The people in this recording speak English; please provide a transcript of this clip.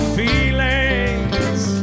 feelings